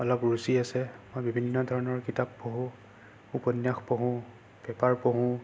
অলপ ৰুচি আছে মই বিভিন্ন ধৰণৰ কিতাপ পঢ়োঁ উপন্যাস পঢ়োঁ পেপাৰ পঢ়োঁ